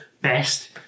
best